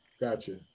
Gotcha